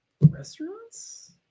restaurants